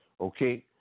Okay